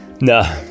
no